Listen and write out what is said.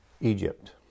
Egypt